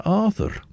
arthur